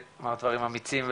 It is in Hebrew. אמרת דברים אמיצים וחשובים.